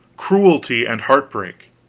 cruelty, and heart-break?